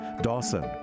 Dawson